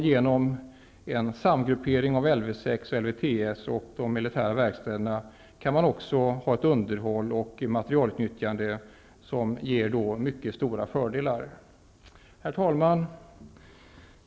Genom en samgruppering av Lv 6 med LvTS och de militära verkstäderna kan också underhåll och materialutnyttjande ordnas på ett sätt som ger mycket stora fördelar. Herr talman!